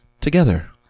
together